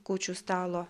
kūčių stalo